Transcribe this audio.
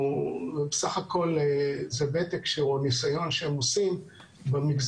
בסך הכול זה ותק או ניסיון שהם עושים במגזר,